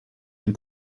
den